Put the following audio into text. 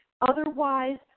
Otherwise